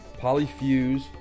Polyfuse